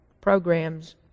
programs